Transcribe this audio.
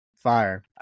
fire